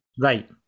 right